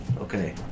Okay